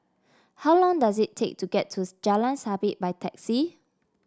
how long does it take to get to Jalan Sabit by taxi